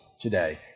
today